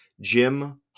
Jim